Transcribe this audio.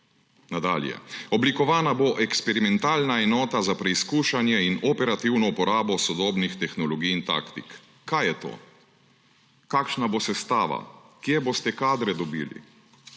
Nadalje: »Oblikovana bo eksperimentalna enota za preizkušanje in operativno uporabo sodobnih tehnologij in taktik.« Kaj je to? Kakšna bo sestava, kje boste dobili